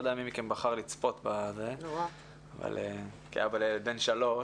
אני לא יודע מי מכם בחר לצפות אבל כאבא לילד בן שלוש,